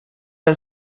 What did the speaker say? and